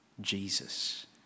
Jesus